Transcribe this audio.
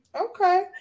okay